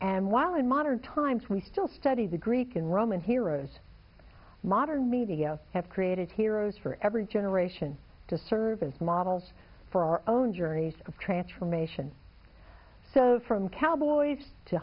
and while in modern times we still study the greek and roman heroes modern media have created heroes for every generation to serve as models for our own journeys of transformation so from cowboys to